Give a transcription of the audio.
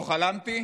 לא חלמתי